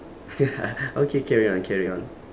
okay carry on carry on